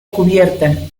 cubierta